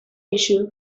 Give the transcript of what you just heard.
issue